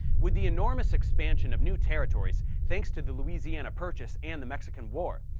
with the enormous expansion of new territories thanks to the louisiana purchase and the mexican war,